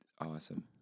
awesome